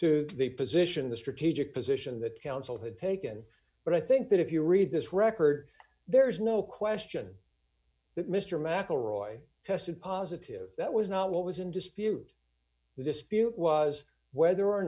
to the position the strategic position that counsel had taken but i think that if you read this record there's no question that mr mcelroy tested positive that was not what was in dispute the dispute was whether or